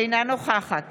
אינה נוכחת